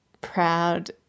proud